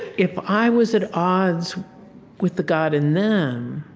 if i was at odds with the god in them,